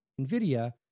NVIDIA